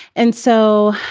and so,